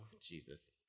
Jesus